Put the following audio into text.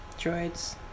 Droids